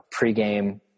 pregame